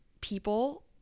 people